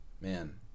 man